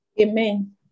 Amen